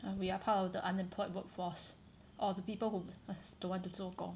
and we are part of the unemployed workforce or the people who don't want to 做工